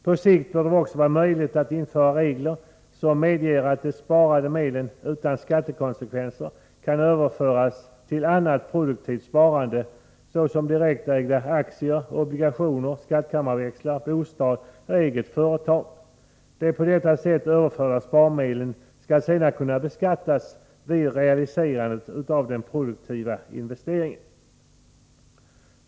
På sikt bör det också vara möjligt att införa regler som medger att de sparade medlen utan skattekonsekvenser kan överföras till annat produktivt sparande, såsom direktägda aktier, obligationer, skattkammarväxlar, bostad, eget företag. De på detta sätt överförda sparmedlen skall sedan kunna beskattas vid realiserandet av den produktiva investeringen.